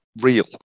real